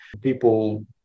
people